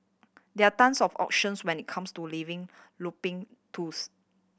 there tons of options when it comes to living looping tools